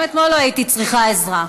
גם אתמול לא הייתי צריכה עזרה.